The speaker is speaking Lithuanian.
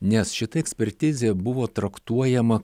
nes šita ekspertizė buvo traktuojama